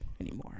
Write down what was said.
anymore